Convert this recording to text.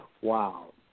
Wow